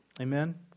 amen